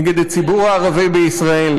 נגד הציבור הערבי בישראל?